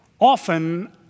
often